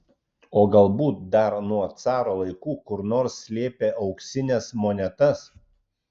o galbūt dar nuo caro laikų kur nors slėpė auksines monetas